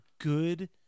good